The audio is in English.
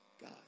God